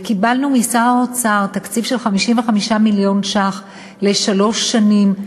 וקיבלנו משר האוצר תקציב של 55 מיליון ש"ח לשלוש שנים,